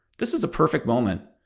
this is a perfect moment.